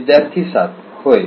विद्यार्थी 7 होय